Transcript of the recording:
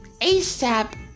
ASAP